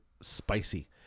spicy